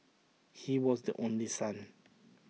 he was the only son